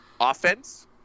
offense